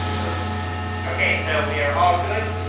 ok, so, we're all good?